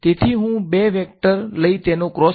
તેથી તે ડોટ હતો